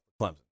Clemson